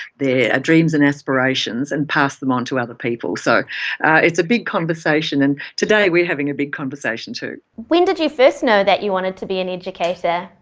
dreams and aspirations, and pass them on to other people so it's a big conversation, and today we're having a big conversation too when did you first know that you wanted to be an educator?